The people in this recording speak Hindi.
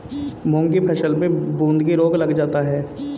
मूंग की फसल में बूंदकी रोग लग जाता है